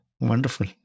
Wonderful